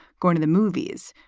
going to the movies,